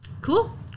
cool